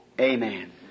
amen